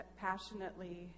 passionately